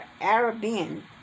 Arabian